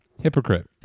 hypocrite